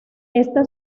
esta